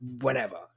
whenever